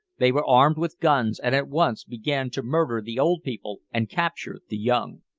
they were armed with guns, and at once began to murder the old people and capture the young.